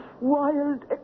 wild